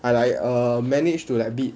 I like err manage to like beat